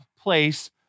place